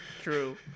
true